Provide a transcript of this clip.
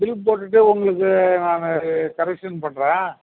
bill போட்டுட்டு உங்களுக்கு நான் கரெக்ஷன் பண்ணுறேன்